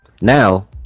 Now